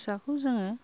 फिसाखौ जोङो